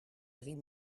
drie